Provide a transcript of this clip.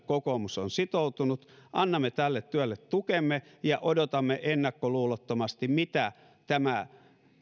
kokoomus on sitoutunut annamme tälle työlle tukemme ja odotamme ennakkoluulottomasti mitä tämä